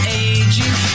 aging